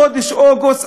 בחודש אוגוסט,